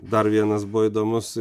dar vienas buvo įdomus